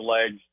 legs